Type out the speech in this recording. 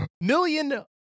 Million